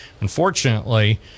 Unfortunately